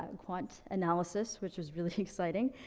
ah quant analysis, which was really exciting.